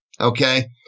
Okay